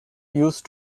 used